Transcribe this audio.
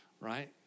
right